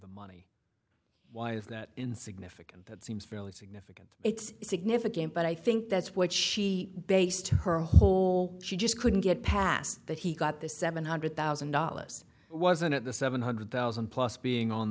the money why is that in significant that seems fairly significant it's significant but i think that's what she based her whole she just couldn't get past that he got this seven hundred thousand dollars wasn't it the seven hundred thousand plus being on